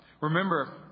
remember